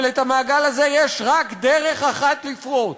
אבל את המעגל הזה יש רק דרך אחת לפרוץ,